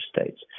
states